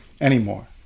anymore